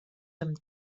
amb